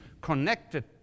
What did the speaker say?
connected